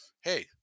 Hey